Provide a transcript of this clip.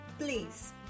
please